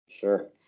Sure